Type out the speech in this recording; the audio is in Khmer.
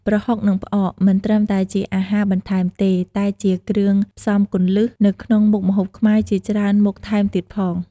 ប្រហុក និងផ្អក មិនត្រឹមតែជាអាហារបន្ថែមទេ តែជា គ្រឿងផ្សំគន្លឹះ នៅក្នុងមុខម្ហូបខ្មែរជាច្រើនមុខថែមទៀតផង។